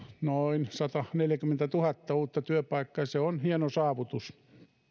noin sataneljäkymmentätuhatta uutta työpaikkaa ja se on hieno saavutus